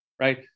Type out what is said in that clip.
right